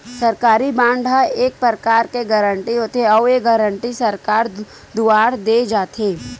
सरकारी बांड ह एक परकार के गारंटी होथे, अउ ये गारंटी सरकार दुवार देय जाथे